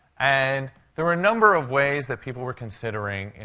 and there were a number of ways that people were considering, you